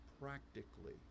practically